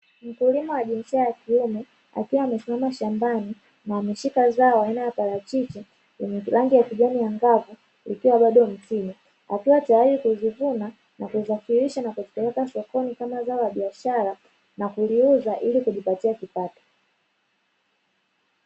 Mkulima wa jinsia ya kiume akiwa amesimama shambani na ameshika zao aina ya parachichi yanye rangi ya kijani angavu likiwa bado mtini, akiwa tayari kuzivuna na kuzifarisha na kuzipeleka sokoni kama zao la biashara na kuliuza ili kujipatia kipato.